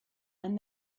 and